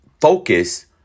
Focus